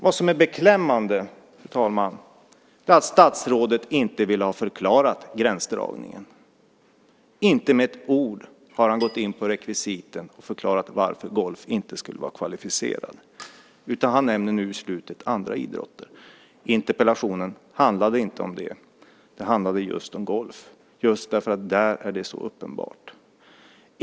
Vad som är beklämmande, fru talman, är att statsrådet inte har velat förklara den gränsdragningen. Inte med ett ord har han gått in på rekvisiten och förklarat varför golf inte skulle vara kvalificerat. Han nämner nu i slutet andra idrotter. Interpellationen handlade inte om det. Den handlade just om golf, just därför att det där är så uppenbart.